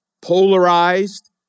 polarized